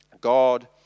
God